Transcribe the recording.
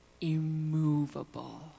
immovable